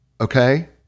Okay